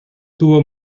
tuvo